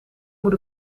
moet